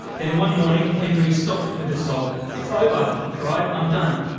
then one morning henry stopped with a sob it's over! he cried, i'm done.